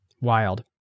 Wild